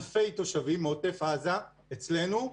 אלפי תושבים מעוטף עזה אצלנו,